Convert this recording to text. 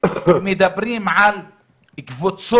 אתם מדברים על הקלות?